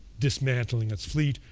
dismantling its fleet.